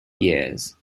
years